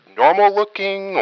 normal-looking